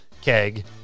keg